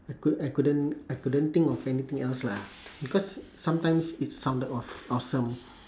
I cou~ I couldn't I couldn't think of anything else lah because sometimes it sounded awf~ awesome